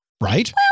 Right